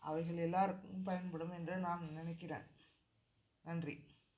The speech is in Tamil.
அவைகள் எல்லோருக்கும் பயன்படும் என்று நான் நினைக்கிறேன் நன்றி